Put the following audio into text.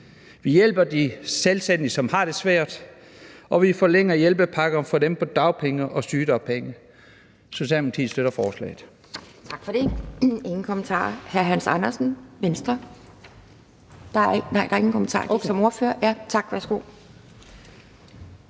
Vi hjælper de selvstændige, som har det svært, og vi forlænger hjælpepakkerne for dem på dagpenge og sygedagpenge.